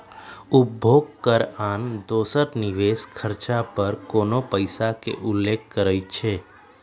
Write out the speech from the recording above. उपभोग कर आन दोसर निवेश खरचा पर कोनो पइसा के उल्लेख करइ छै